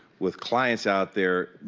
with clients out there,